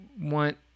want